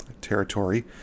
territory